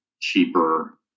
cheaper